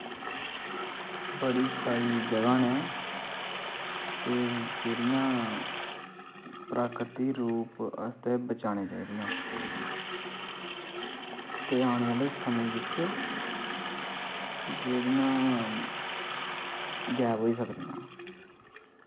बड़ी सारी जगह न जेह्ड़ियां प्राकृति रूप आस्तै बचानियां चाहिदियां ते आने आह्ले समें बिच जेह्ड़ियां गैब होई सकदियां